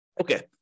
Okay